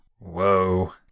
Whoa